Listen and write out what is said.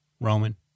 Roman